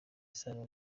isano